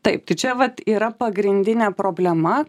taip tai čia vat yra pagrindinė problema